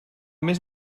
més